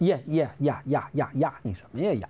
yeah yeah yeah yeah yeah yeah yeah y